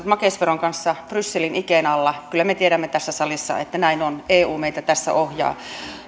makeisveron kanssa brysselin ikeen alla kyllä me tiedämme tässä salissa että näin on eu meitä tässä ohjaa